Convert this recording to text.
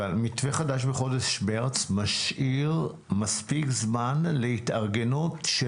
ומתווה חדש בחודש מרס משאיר מספיק זמן להתארגנות של